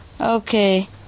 Okay